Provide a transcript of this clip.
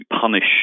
punish